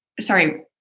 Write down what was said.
sorry